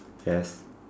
yes